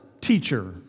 teacher